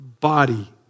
body